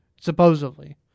Supposedly